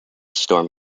storm